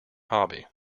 hobby